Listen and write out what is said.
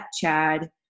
Chad